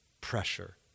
pressure